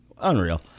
Unreal